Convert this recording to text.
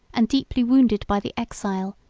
and deeply wounded by the exile,